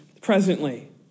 presently